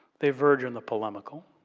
they verge on the polemical.